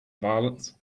violence